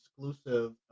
exclusive